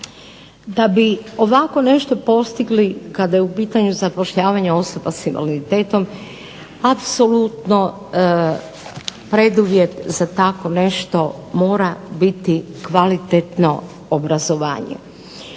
Da bi ovako nešto postigli kada je u pitanju zapošljavanje osoba sa invaliditetom apsolutno preduvjet za tako nešto mora biti kvalitetno obrazovanje.